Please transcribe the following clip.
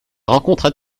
rencontres